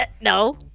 No